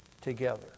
together